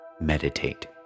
meditate